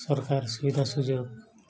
ସରକାର ସୁବିଧା ସୁଯୋଗ